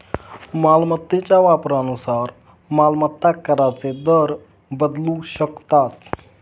मालमत्तेच्या वापरानुसार मालमत्ता कराचे दर बदलू शकतात